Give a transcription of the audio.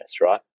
right